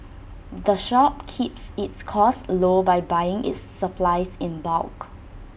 the shop keeps its costs low by buying its supplies in bulk